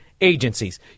agencies